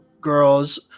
girls